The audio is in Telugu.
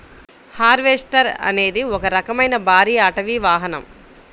హార్వెస్టర్ అనేది ఒక రకమైన భారీ అటవీ వాహనం